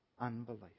unbelief